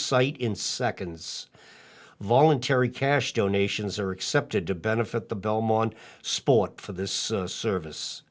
site in seconds voluntary cash donations are accepted to benefit the belmont sport for this service